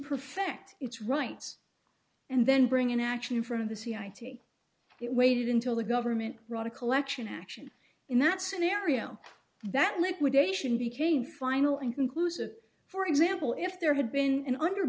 perfect its rights and then bring an action in front of the c i t it waited until the government brought a collection action in that scenario that liquidation became final and conclusive for example if there had been an under